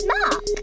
Mark